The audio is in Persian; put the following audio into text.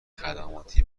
خدمات